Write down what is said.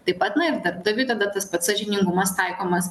taip pat na ir darbdaviui tada tas pats sąžiningumas taikomas